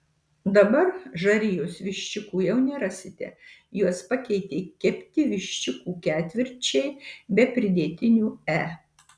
dabar žarijos viščiukų jau nerasite juos pakeitė kepti viščiukų ketvirčiai be pridėtinių e